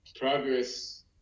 progress